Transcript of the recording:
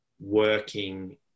working